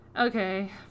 Okay